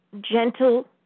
gentle